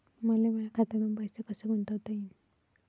मले माया खात्यातून पैसे कसे गुंतवता येईन?